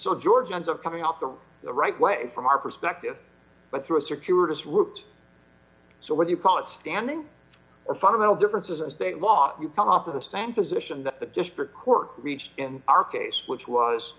so george ends up coming off the right way from our perspective but through a circuitous route so when you call it standing are fundamental differences in state law you come up with the same position that the district court reached in our case which was